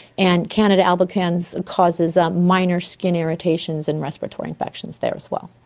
and candida albicans causes ah minor skin irritations and respiratory infections there as well.